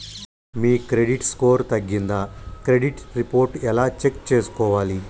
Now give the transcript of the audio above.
మీ credit score తగ్గిందా credit report ఎలా check చేసుకోవాలి?